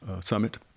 summit